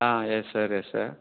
ah yes sir yes sir